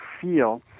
feel